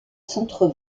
centre